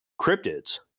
cryptids